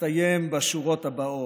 המסתיים בשורות הבאות,